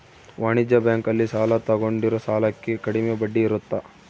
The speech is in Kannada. ವಾಣಿಜ್ಯ ಬ್ಯಾಂಕ್ ಅಲ್ಲಿ ಸಾಲ ತಗೊಂಡಿರೋ ಸಾಲಕ್ಕೆ ಕಡಮೆ ಬಡ್ಡಿ ಇರುತ್ತ